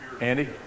Andy